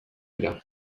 dira